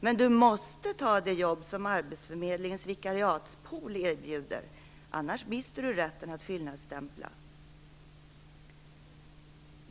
Men du måste ta det jobb som arbetsförmedlingens vikariatspool erbjuder, för annars mister du rätten att fyllnadsstämpla.